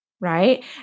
right